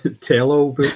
tell-all